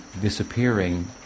disappearing